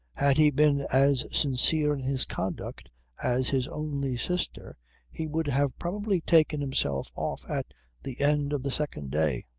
had he been as sincere in his conduct as his only sister he would have probably taken himself off at the end of the second day.